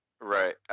Right